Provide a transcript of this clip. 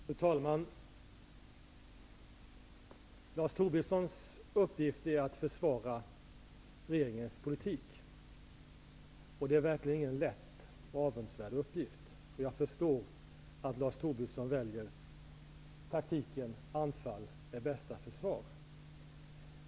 Fru talman! Lars Tobissons uppgift är att försvara regeringens politik. Det är verkligen inte någon lätt och avundsvärd uppgift. Jag förstår att Lars Tobisson väljer taktiken att anfall är bästa försvar.